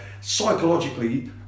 psychologically